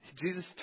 Jesus